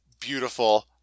Beautiful